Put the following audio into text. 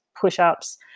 push-ups